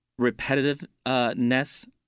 repetitiveness